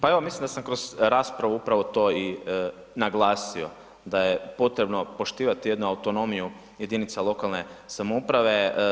Pa evo mislim da sam kroz raspravu upravo to i naglasio da je potrebno poštivati jednu autonomiju jedinica lokalne samouprave.